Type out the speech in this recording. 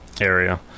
area